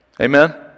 Amen